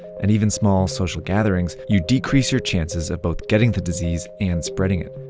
and even small social gatherings, you decrease your chances of both getting the disease, and spreading it.